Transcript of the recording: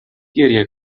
گریه